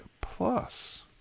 Plus